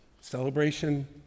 Celebration